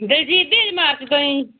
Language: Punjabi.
ਦਲਜੀਤ ਦੇ ਅਜੇ ਮਾਰਚ ਤੋਂ ਜੀ